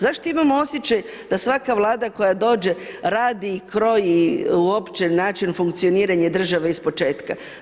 Zašto imamo osjećaj da svaka Vlada koja dođe, radi i kroji uopće način funkcioniranja države ispočetka?